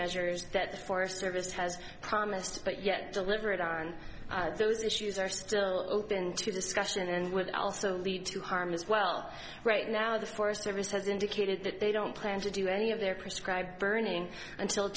measures that the forest service has promised but yet delivered on those issues are still open to discussion and would also lead to harm as well right now the forest service has indicated that they don't plan to do any of their prescribe burning until